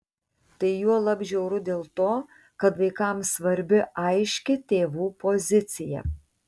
tai juolab žiauru dėl to kad vaikams svarbi aiški tėvų pozicija